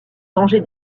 danger